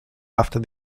after